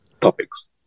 topics